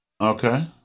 Okay